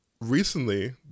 recently